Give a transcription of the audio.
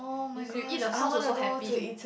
you you eat the sauce also happy